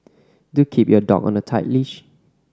do keep your dog on a tight leash